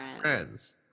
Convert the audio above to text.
Friends